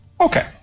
Okay